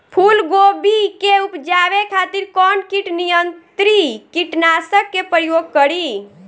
फुलगोबि के उपजावे खातिर कौन कीट नियंत्री कीटनाशक के प्रयोग करी?